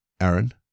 Aaron